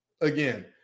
again –